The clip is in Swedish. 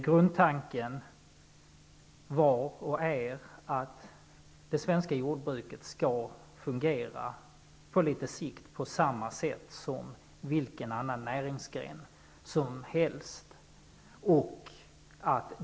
Grundtanken är att det svenska jordbruket skall fungera på litet sikt på samma sätt som vilken annan näringsgren som helst.